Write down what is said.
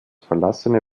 verlassene